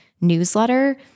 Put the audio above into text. newsletter